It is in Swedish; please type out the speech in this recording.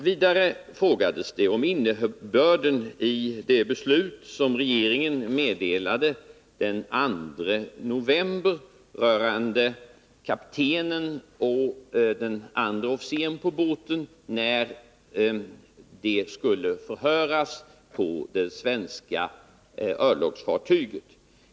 Vidare frågades det om innebörden i det beslut som regeringen meddelade den 2 november rörande kaptenen och den andre officeren på båten, när de skulle förhöras på det svenska örlogsfartyget.